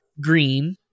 green